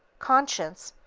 conscience,